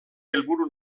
helburu